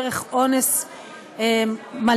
דרך אונס מלא,